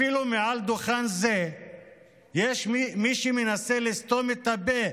אפילו מעל דוכן זה יש מי שמנסה לסתום את הפה